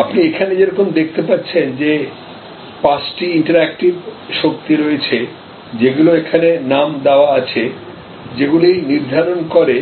আপনি এখানে যেরকম দেখতে পাচ্ছেন যে পাঁচটি ইন্টারঅ্যাকটিভ শক্তি রয়েছে যেগুলো এখানে নাম দেওয়া আছে যেগুলি নির্ধারণ করে